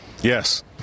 Yes